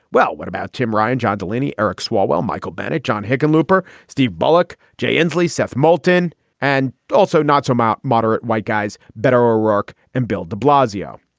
well, what about tim ryan, john delaney, eric swalwell, michael bennet, john hickenlooper, steve bullock, jay inslee, seth moulton and also not-so so mout moderate white guys, better iraq and bill de blasio.